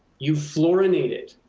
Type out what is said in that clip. you fluorinate it.